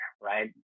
Right